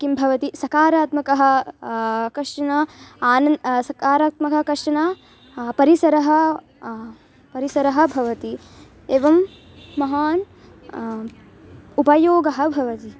किं भवति सकारात्मकः कश्चन आन सकारात्मक कश्चन परिसरः परिसरः भवति एवं महान् उपयोगः भवति